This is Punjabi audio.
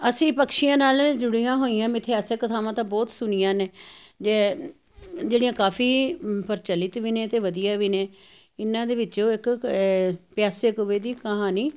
ਅਸੀਂ ਪਕਸ਼ੀਆਂ ਨਾਲ਼ ਜੁੜੀਆਂ ਹੋਈਆਂ ਮਿਥਿਹਾਸਿਕ ਕਥਾਵਾਂ ਤਾਂ ਬਹੁਤ ਸੁਣੀਆਂ ਨੇ ਜੇ ਜਿਹੜੀਆਂ ਕਾਫ਼ੀ ਪ੍ਰਚਲਿਤ ਵੀ ਨੇ ਤੇ ਵਧੀਆ ਵੀ ਨੇ ਇਨ੍ਹਾਂ ਦੇ ਵਿੱਚੋਂ ਇੱਕ ਪਿਆਸੇ ਕਉਏ ਦੀ ਕਹਾਣੀ